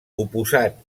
oposat